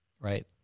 right